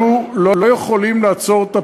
אנחנו לא יכולים לעצור את הפינוי.